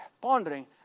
pondering